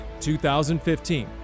2015